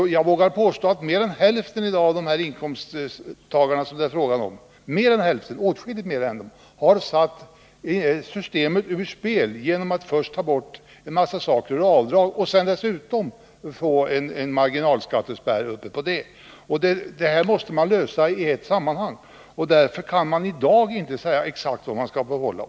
Jag vågar påstå att åtskilligt mer än hälften av de inkomsttagare det är fråga om har satt systemet ur spel genom att först göra en massa avdrag. Ovanpå det får de en marginalskattespärr. De här problemen måste man lösa i ett sammanhang. Därför kan jag i dag inte exakt säga hur mycket man skall få behålla.